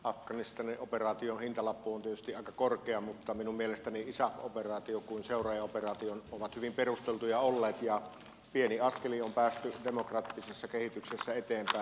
afganistanin operaation hintalappu on tietysti aika korkea mutta minun mielestäni niin isaf operaatio kuin seuraajaoperaatio ovat hyvin perusteltuja olleet ja pienin askelin on päästy demokraattisessa kehityksessä eteenpäin